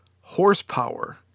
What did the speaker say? horsepower